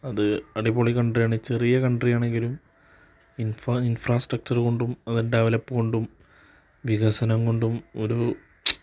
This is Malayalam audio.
അത് അടിപൊളി കണ്ട്രിയാണ് ചെറിയ കണ്ട്രിയാണെങ്കിലും ഇൻഫ്രാസ്ട്രക്ചറുകൊണ്ടും അത് ഡെവലപ്പുകൊണ്ടും വികസനംകൊണ്ടും ഒരു